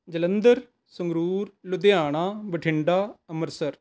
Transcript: Jalandhar Sangrur Ludhiana Bathinda Amritsar